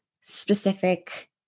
specific